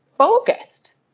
focused